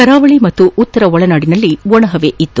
ಕರಾವಳಿ ಹಾಗೂ ಉತ್ತರ ಒಳನಾಡಿನಲ್ಲಿ ಒಣಹವೆ ಇತ್ತು